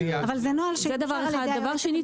דבר שני,